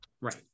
Right